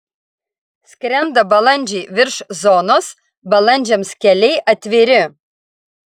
skrenda balandžiai virš zonos balandžiams keliai atviri